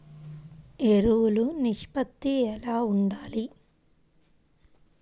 ఎరువులు నిష్పత్తి ఎలా ఉండాలి?